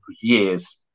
years